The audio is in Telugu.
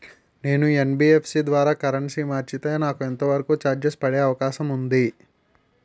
నేను యన్.బి.ఎఫ్.సి ద్వారా కరెన్సీ మార్చితే నాకు ఎంత వరకు చార్జెస్ పడే అవకాశం ఉంది?